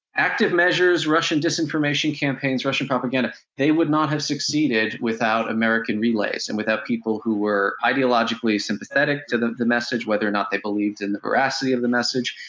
active measures, russian disinformation campaigns, russian propaganda they would not have succeeded without american relays and without people who were ideologically sympathetic to the the message, whether or not they believed in the veracity of the message,